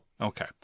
Okay